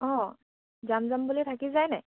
অঁ যাম যাম বুলিয়ে থাকি যায় নাই